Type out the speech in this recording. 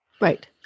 Right